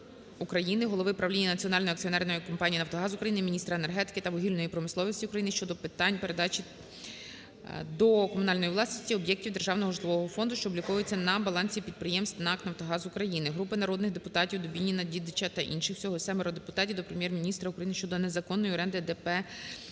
голови правління Національної акціонерної компанії "Нафтогаз України", міністра енергетики та вугільної промисловості України щодо питань передачі до комунальної власності об’єктів державного житлового фонду, що обліковується на балансі підприємств НАК "Нафтогаз України". Групи народних депутатів (Дубініна, Дідича та інших. Всього 7 депутатів) до Прем'єр-міністра України щодо незаконної оренди ДП